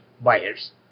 buyers